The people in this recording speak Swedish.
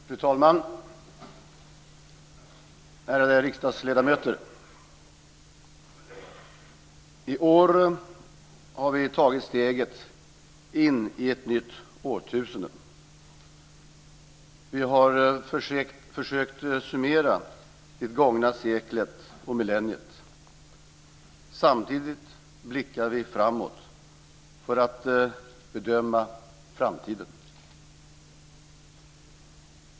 Fru talman! Ärade riksdagsledamöter! I år har vi tagit steget in i ett nytt årtusende. Vi har försökt summera det gångna seklet och millenniet. Samtidigt blickar vi framåt för att bedöma framtiden.